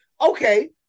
okay